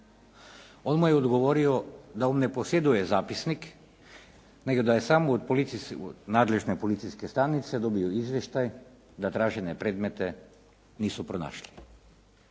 Odmah je odgovorio da on ne posjeduje zapisnik, nego da je samo od nadležne policijske stanice dobio izvještaj da tražene predmete nisu pronašli.